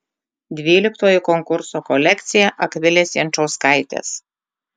dvyliktoji konkurso kolekcija akvilės jančauskaitės